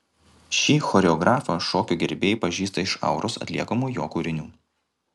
šį choreografą šokio gerbėjai pažįsta iš auros atliekamų jo kūrinių